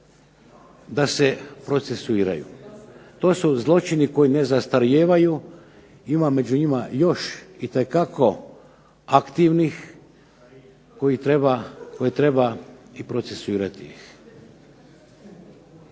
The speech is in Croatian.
da se procesuiraju. To su zločini koji ne zastarijevaju, ima među njima još itekako aktivnih koje treba i procesuirati ih.